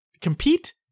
compete